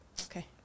okay